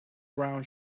brown